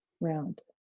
round